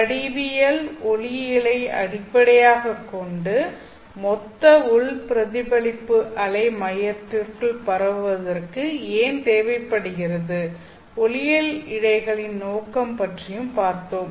வடிவியல் ஒளியியலை அடிப்படையாகக் கொண்டு அலை மையத்திற்குள் பரவுவதற்கு மொத்த உள் பிரதிபலிப்பு ஏன் தேவைப்படுகிறது என்றால் ஒளியியல் இழைகளின் நோக்கம் என்பதைப் பற்றியும் பார்த்தோம்